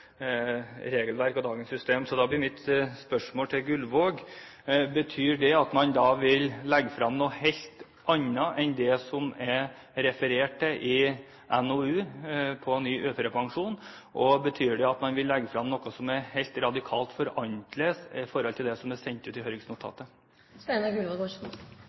regelverk og dagens system. Da blir mitt spørsmål til Gullvåg: Betyr det at man vil legge frem noe helt annet enn det som det er referert til i NOU-en på ny uførepensjon? Og betyr det at man vil legge frem noe som er helt radikalt annerledes enn det som er sendt ut i